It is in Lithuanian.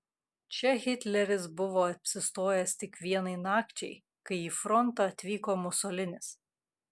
čia hitleris buvo apsistojęs tik vienai nakčiai kai į frontą atvyko musolinis